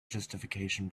justification